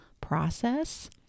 process